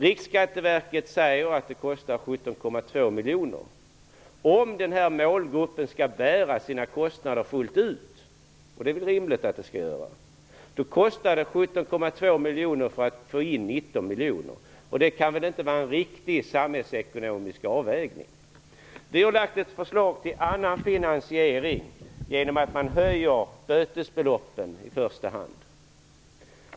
Riksskatteverket säger att det kostar 17,2 miljoner. Om denna målgrupp skall bära sina kostnader fullt ut, vilket är rimligt, kostar det 17,2 miljoner för att få in 19 miljoner. Det kan inte vara en riktig samhällsekonomisk avvägning. Vi har lagt fram ett förslag till en annan finansering som innebär att man i första hand höjer bötesbeloppen.